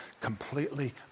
completely